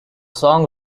song